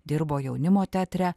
dirbo jaunimo teatre